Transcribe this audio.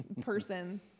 person